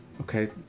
Okay